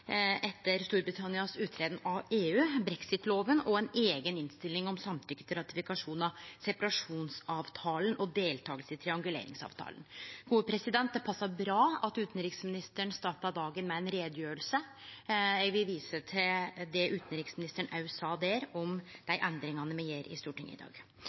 etter Storbritannias uttreden av EU, brexit-loven, og ei eiga innstilling om samtykke til ratifikasjon av separasjonsavtalen og deltaking i trianguleringsavtalen. Det passar bra at utanriksministeren starta dagen med ei utgreiing. Eg vil vise til det utanriksministeren sa der om dei endringane me gjer i Stortinget i dag.